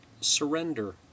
surrender